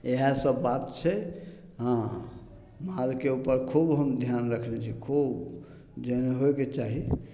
इहएसब बात छै हँ मालके उपर खूब हम धिआन राखने छिए खूब जेहन होइके चाही